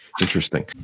interesting